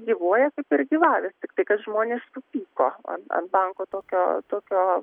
gyvuoja ir gyvavęs tiktai kad žmonės supyko ant ant banko tokio tokio